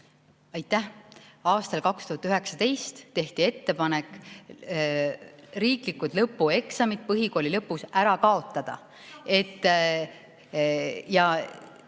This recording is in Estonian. Aitäh! Aastal 2019 tehti ettepanek riiklikud lõpueksamid põhikooli lõpus ära kaotada.